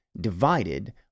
divided